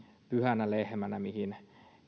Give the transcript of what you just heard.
pyhänä lehmänä mihin